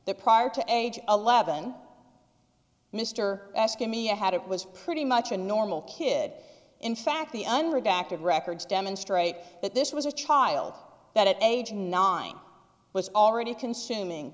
that prior to age eleven mr asked me i had it was pretty much a normal kid in fact the under dr of records demonstrate that this was a child that at age nine was already consuming